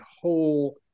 whole